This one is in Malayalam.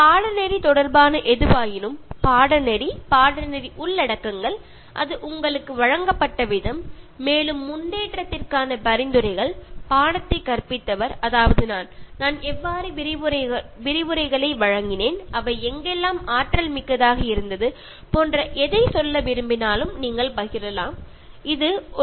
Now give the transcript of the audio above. കോഴ്സിനെ കുറിച്ചോകോഴ്സിന്റെ ഉള്ളടക്കത്തെ കുറിച്ചോ എന്തെങ്കിലും കാര്യങ്ങൾ ഇനിയും നന്നാക്കാനുള്ളതിനെ കുറിച്ചോ ഞാൻ എന്ന കോഴ്സ് ഡയറക്ടറിനെ കുറിച്ചോ ഞാനെങ്ങനെ ഈ ക്ലാസുകൾ എടുത്തു എന്നതിനെക്കുറിച്ചോ അത് ഫലപ്രദമായിരുന്നൊ എന്നതിനെക്കുറിച്ചോക്കെ നിങ്ങൾക്ക് പറയാനുള്ളത് പറയാവുന്നതാണ്